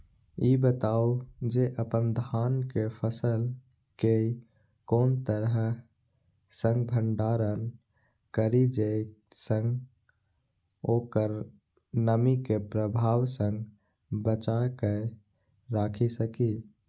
ई बताऊ जे अपन धान के फसल केय कोन तरह सं भंडारण करि जेय सं ओकरा नमी के प्रभाव सं बचा कय राखि सकी?